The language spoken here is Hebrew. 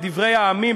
בדברי הימים,